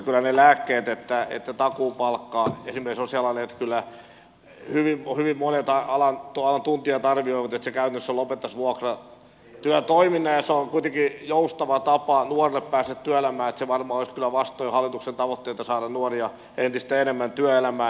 mutta kyllä niistä lääkkeistä takuupalkka esimerkiksi on sellainen että hyvin monet alan tuntijat arvioivat että se käytännössä lopettaisi vuokratyötoiminnan joka on kuitenkin joustava tapa nuorelle päästä työelämään niin että se varmaan olisi kyllä vastoin hallituksen tavoitteita saada nuoria entistä enemmän työelämään